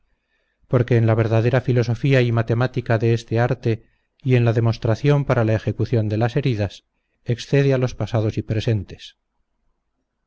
porque en la verdadera filosofía y matemática de este arte y en la demostración para la ejecución de las heridas excede a los pasados y presentes